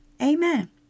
Amen